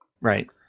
Right